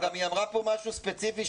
היא גם אמרה משהו ספציפי,